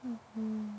hmm hmm